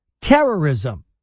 terrorism